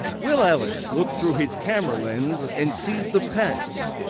will ellis looks through his camera lens and sees the past.